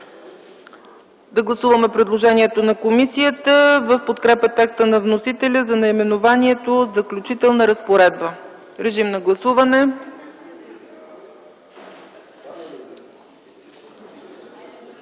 Да гласуваме предложението на комисията в подкрепа текста на вносителя за наименованието „Заключителна разпоредба”. Гласували